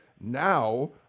now